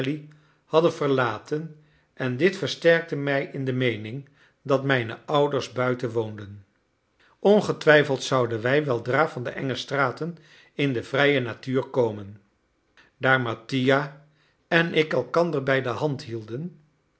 hadden verlaten en dit versterkte mij in de meening dat mijne ouders buiten woonden ongetwijfeld zouden wij weldra van de enge straten in de vrije natuur komen daar mattia en ik elkander bij de hand hielden